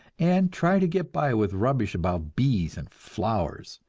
and try to get by with rubbish about bees and flowers.